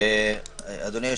אדוני,